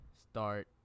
start